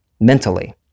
mentally